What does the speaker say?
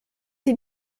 sie